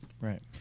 Right